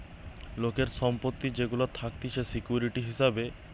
লোকের সম্পত্তি যেগুলা থাকতিছে সিকিউরিটি হিসাবে